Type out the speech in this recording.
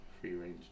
free-range